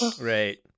Right